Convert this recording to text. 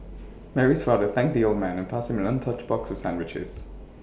Mary's father thanked the old man and passed him an untouched box of sandwiches